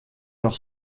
leur